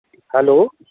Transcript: hello